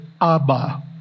Abba